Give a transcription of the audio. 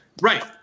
Right